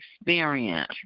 experience